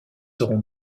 seront